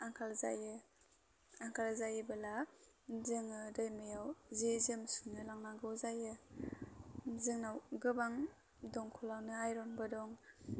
आंखाल जायो आंखाल जायोबोला जोङो दैमायाव जि जोम सुनो लांनांगौ जायो जोंनाव गोबां दमकलावनो आइरनबो दं